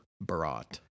brought